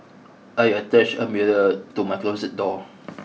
I attached a mirror to my closet door